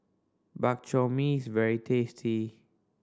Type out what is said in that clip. Bak Chor Mee is very tasty